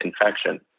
infection